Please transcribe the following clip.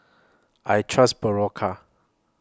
I Trust Berocca